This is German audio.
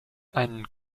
einen